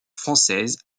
françaises